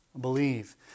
believe